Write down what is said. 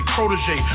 Protege